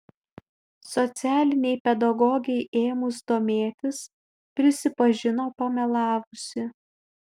socialinei pedagogei ėmus domėtis prisipažino pamelavusi